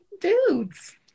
dudes